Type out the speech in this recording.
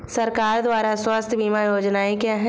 सरकार द्वारा स्वास्थ्य बीमा योजनाएं क्या हैं?